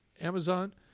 Amazon